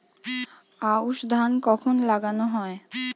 আউশ ধান কখন লাগানো হয়?